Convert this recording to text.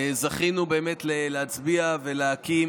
זכינו להצביע ולהקים